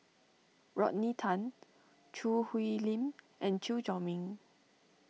Rodney Tan Choo Hwee Lim and Chew Chor Meng